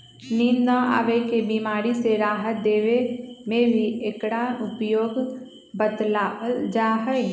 नींद न आवे के बीमारी से राहत देवे में भी एकरा उपयोग बतलावल जाहई